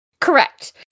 Correct